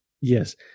Yes